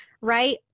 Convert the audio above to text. right